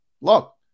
Look